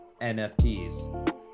nfts